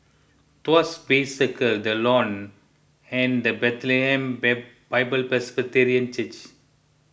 Tuas Bay Circle the Lawn and the Bethlehem by Bible Presbyterian Church